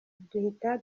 duhita